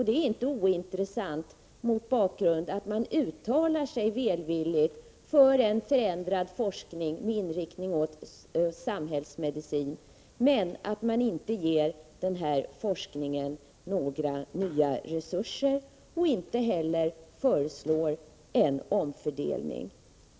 Den är inte ointressant, mot bakgrund av att man uttalar sig välvilligt för en förändrad forskning med inriktning mot samhällsmedicin men inte ger den här forskningen några nya resurser och inte heller föreslår en omfördelning.